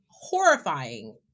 horrifying